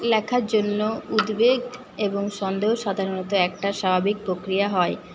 লেখার জন্য উদ্বেগ এবং সন্দেহ সাধারণত একটা স্বাভাবিক প্রক্রিয়া হয়